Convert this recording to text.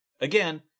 Again